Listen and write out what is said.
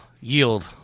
Yield